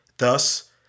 Thus